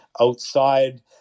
outside